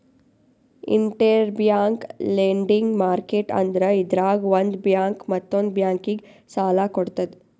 interbank lending market ಅಂದ್ರ ಇದ್ರಾಗ್ ಒಂದ್ ಬ್ಯಾಂಕ್ ಮತ್ತೊಂದ್ ಬ್ಯಾಂಕಿಗ್ ಸಾಲ ಕೊಡ್ತದ್